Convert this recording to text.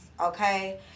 Okay